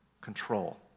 control